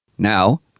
Now